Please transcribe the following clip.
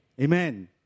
Amen